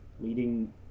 leading